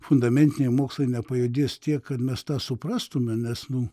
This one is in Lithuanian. fundamentiniai mokslai nepajudės tiek kad mes tą suprastume nes nu